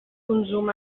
consum